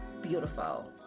beautiful